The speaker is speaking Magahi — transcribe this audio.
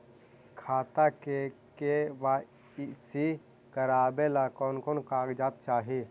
खाता के के.वाई.सी करावेला कौन कौन कागजात चाही?